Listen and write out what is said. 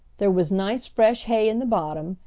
there was nice fresh hay in the bottom,